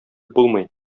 булмый